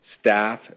staff